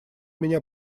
меня